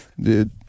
Dude